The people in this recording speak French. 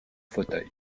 fauteuil